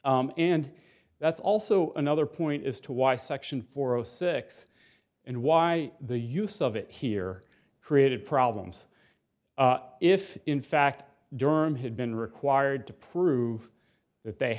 theory and that's also another point as to why section four zero six and why the use of it here created problems if in fact derm had been required to prove that they